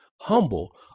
humble